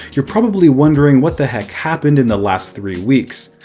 you're probably wondering what the heck happened in the last three weeks,